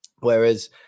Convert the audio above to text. Whereas